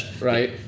right